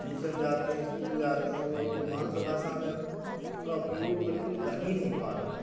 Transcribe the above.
tuition जाते हैं school जाते हैं वे अपनी मात्रभाषा में का उपयोग बिल्कुल कर ही नहीं पा रहे हैं